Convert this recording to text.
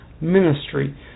ministry